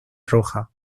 roja